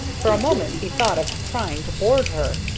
for a moment he thought of trying to board her,